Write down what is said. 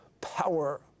power